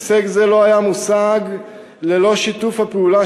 הישג זה לא היה מושג ללא שיתוף הפעולה